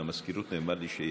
מהמזכירות נאמר לי שיש.